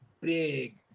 big